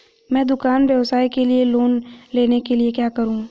मैं दुकान व्यवसाय के लिए लोंन लेने के लिए क्या करूं?